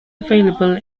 available